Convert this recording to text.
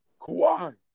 Kawhi